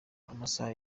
amasaha